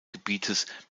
gebietes